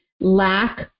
lack